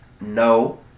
No